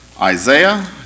Isaiah